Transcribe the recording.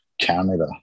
Canada